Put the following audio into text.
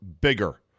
bigger